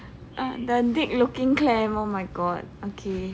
the dick looking clam oh my god okay